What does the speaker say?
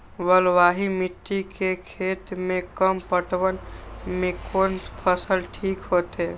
बलवाही मिट्टी के खेत में कम पटवन में कोन फसल ठीक होते?